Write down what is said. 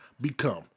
become